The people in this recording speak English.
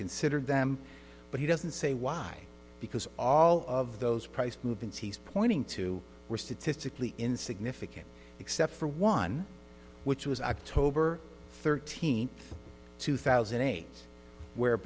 considered them but he doesn't say why because all of those price movements he's pointing to were statistically insignificant except for one which was october thirteenth two thousand and eight where